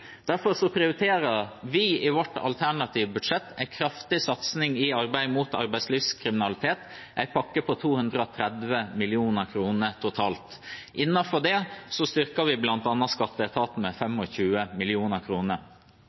Derfor prioriterer vi i vårt alternative budsjett en kraftig satsing i arbeidet mot arbeidslivskriminalitet, en pakke på totalt 230 mill. kr. Innenfor dette styrker vi bl.a. skatteetaten med